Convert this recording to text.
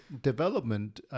development